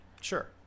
Sure